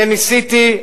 אני ניסיתי,